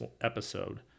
episode